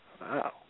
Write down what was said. Wow